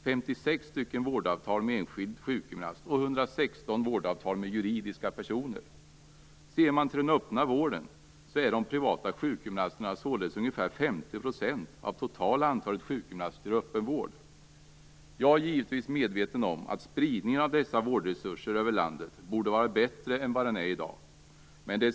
Det finns 56 vårdavtal med enskild sjukgymnast och 116 vårdavtal med juridiska personer. Ser man till den öppna vården utgör de privata sjukgymnasterna således ungefär 50 % av det totala antalet. Jag är givetvis medveten om att spridningen av dessa vårdresurser över landet borde vara bättre än i dag.